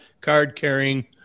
card-carrying